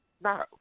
No